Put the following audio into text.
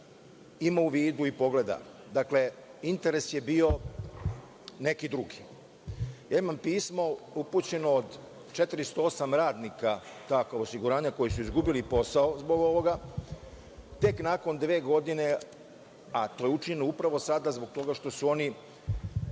ima u vidu i pogleda. Dakle, interes je bio neki drugi. Imam pismo upućeno od 408 radnika „Takovo osiguranja“ koji su izgubili posao zbor ovoga. Tek nakon dve godine, a to je učinjeno upravo sada, zbog toga što su oni